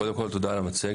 קודם כל תודה על המצגת.